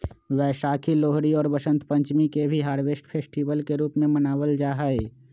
वैशाखी, लोहरी और वसंत पंचमी के भी हार्वेस्ट फेस्टिवल के रूप में मनावल जाहई